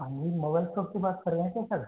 Anil mobile shop से बात कर रहे हैं क्या सर